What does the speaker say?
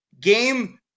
Game